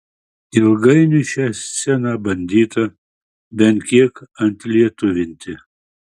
ilgainiui šią sceną bandyta bent kiek atlietuvinti